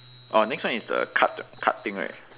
orh next one is the card card thing right